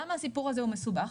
למה הסיפור זה מסובך?